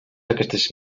aquestes